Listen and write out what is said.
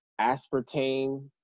aspartame